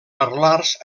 parlars